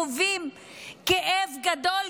חווים כאב גדול,